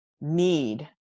need